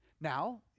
Now